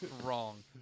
Wrong